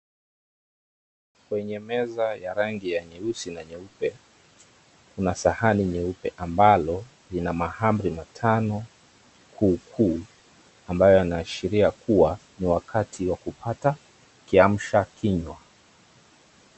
Kwenye meza ya rangi ya nyeusi na nyeupe, kuna sahani nyeupe ambalo lina mahamri matano kuukuu ambayo yaanaashiria kuwa, ni wakati wa kupata kiamsha kinywa.